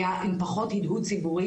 היה עם פחות הדהוד ציבורי,